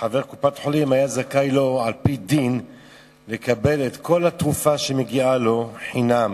חבר קופת-חולים היה זכאי על-פי דין לקבל את כל התרופה שמגיעה לו חינם.